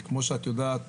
כידוע לך,